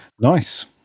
Nice